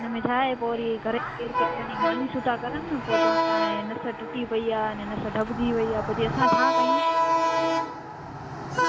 इन में छा आहे पो वरी घर जी कहिड़ी कहिड़ी मालिशूं था करन न पोइ चवनि था हाणे नस टुटी पई आहे अने नस दॿजी वई आहे पोइ जे असां छा कयूं